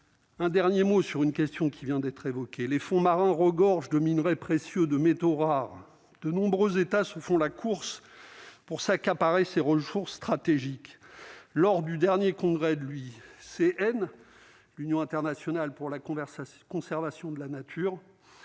Un dernier mot sur une question qui vient d'être évoqué les fonds marins regorge de minerais précieux de métaux rares, de nombreux États se font la course pour s'accaparer ces ressources stratégiques lors du dernier congrès de lui CM l'Union internationale pour la conversation conservation